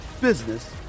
business